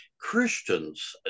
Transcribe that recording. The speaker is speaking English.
Christians